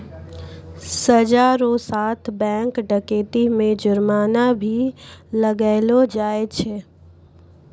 सजा रो साथ बैंक डकैती मे जुर्माना भी लगैलो जाय छै